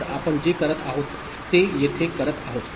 तर आपण जे करत आहोत ते येथे करत आहोत